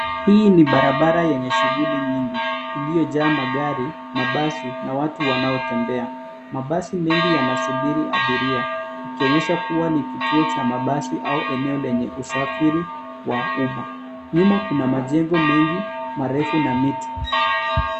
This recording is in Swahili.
Hii ni barabara yenye shughuli nyingi iliyojaa magari, mabasi na watu wanaotembea. Mabasi mengi yanasubiri abiria ikionyesha kuwa ni kituo cha mabasi au eneo lenye usafiri wa umma. Nyuma kuna majengo mengi marefu na miti.